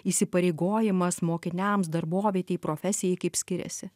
įsipareigojimas mokiniams darbovietei profesijai kaip skiriasi